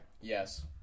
Yes